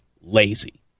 lazy